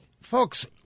folks